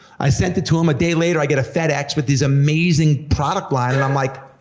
i sent it to him a day later, i get a fedex with this amazing product line, and i'm like,